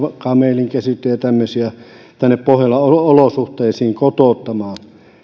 kamelinkesyttäjiä ja tämmöisiä tänne pohjolan olosuhteisiin kotouttamaan